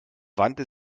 wandte